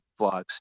vlogs